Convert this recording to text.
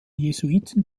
jesuiten